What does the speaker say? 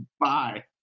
Bye